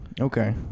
Okay